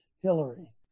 Hillary